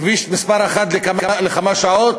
כביש מס' 1 לכמה שעות?